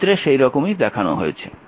চিত্রে সেই রকমই দেখানো হয়েছে